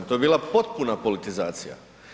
To je bila potpuna politizacija.